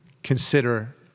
Consider